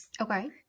Okay